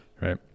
right